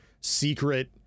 secret